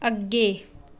ਅੱਗੇ